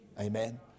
Amen